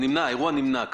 האירוע נמנע כרגע.